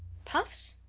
puffs?